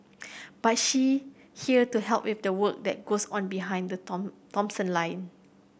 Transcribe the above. but she here to help with the work that goes on behind the Tom Thomson line